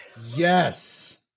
Yes